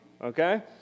okay